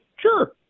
Sure